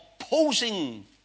opposing